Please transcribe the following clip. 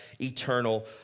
eternal